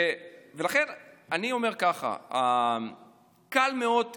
ולכן אני אומר ככה, קל מאוד לפגוע,